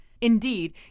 Indeed